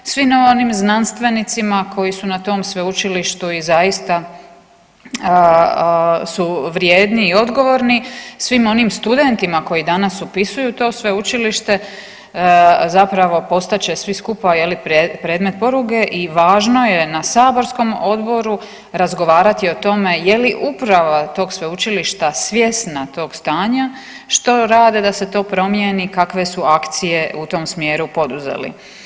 Svima onim znanstvenicima koji su na tom sveučilištu i zaista su vrijedni i odgovorni, svim onim studentima koji upisuju to sveučilište zapravo postat će svi skupa predmet poruke i važno je na saborskom odboru razgovarati o tome je li uprava tog sveučilišta svjesna tog stanja, što rade da se to promijeni i kakve su akcije u tom smjeru poduzeli.